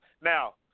Now